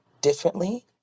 differently